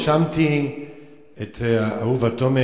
האשמתי את אהובה תומר,